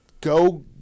Go